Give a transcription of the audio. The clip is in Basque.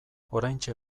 oraintxe